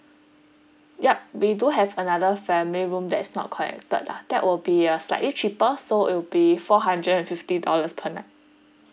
yup we do have another family room that is not connected lah that will be uh slightly cheaper so it will be four hundred and fifty dollars per night